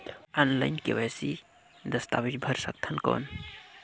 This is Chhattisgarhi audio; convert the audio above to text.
ऑनलाइन के.वाई.सी दस्तावेज भर सकथन कौन?